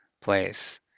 place